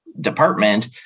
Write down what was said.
department